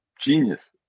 genius